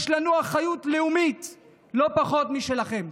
יש לנו אחריות לאומית לא פחות משלכם.